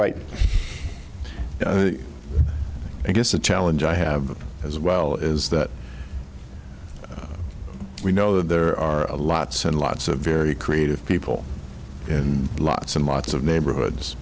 write i guess the challenge i have as well is that we know there are lots and lots of very creative people and lots and lots of neighborhoods